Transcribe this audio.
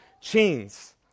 chains